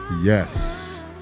Yes